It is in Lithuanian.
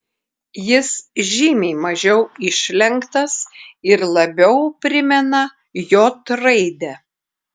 jis žymiai mažiau išlenktas ir labiau primena j raidę